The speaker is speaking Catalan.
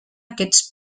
aquests